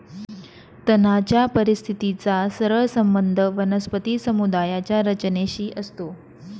तणाच्या परिस्थितीचा सरळ संबंध वनस्पती समुदायाच्या रचनेशी असतो